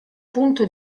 punto